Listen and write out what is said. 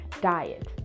diet